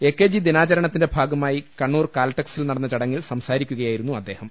A K G ദിനാചരണത്തിന്റെ ഭാഗ മായി കണ്ണൂർ കാൽടെക്സിൽ നടന്ന ചടങ്ങിൽ സംസാരിക്കുക യായിരുന്നു അദ്ദേഹം